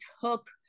took